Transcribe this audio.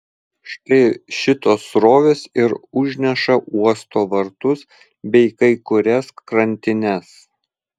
štai šitos srovės ir užneša uosto vartus bei kai kurias krantines